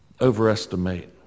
overestimate